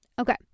okay